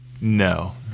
No